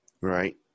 right